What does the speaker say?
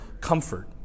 comfort